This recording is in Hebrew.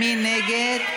מי נגד?